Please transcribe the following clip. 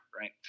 right